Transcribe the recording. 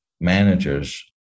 managers